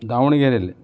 ದಾವಣಗೆರೆಯಲ್ಲಿ